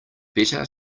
better